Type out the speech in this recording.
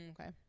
Okay